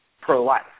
pro-life